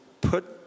Put